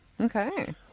Okay